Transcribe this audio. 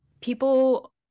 people